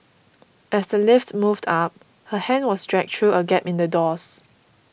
as the lift moved up her hand was dragged through a gap in the doors